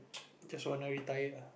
just want to retire ah